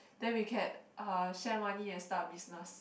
then we can uh share money and start a business